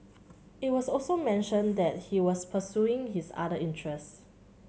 it was also mentioned that he was pursuing his other interests